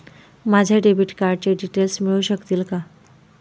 माझ्या डेबिट कार्डचे डिटेल्स मिळू शकतील का?